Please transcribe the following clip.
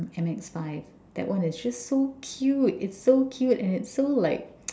M_X five that one is so cute it's so cute and it's so like